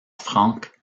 franck